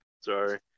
sorry